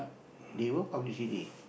they will publicity